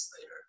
later